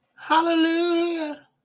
Hallelujah